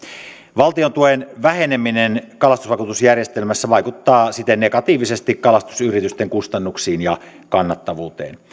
valtiontuen väheneminen kalastusvakuutusjärjestelmässä vaikuttaa siten negatiivisesti kalastusyritysten kustannuksiin ja kannattavuuteen